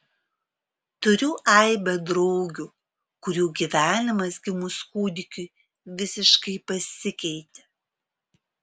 turiu aibę draugių kurių gyvenimas gimus kūdikiui visiškai pasikeitė